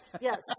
Yes